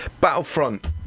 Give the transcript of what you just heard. Battlefront